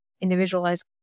individualized